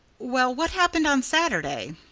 well what happened on saturday?